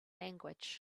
language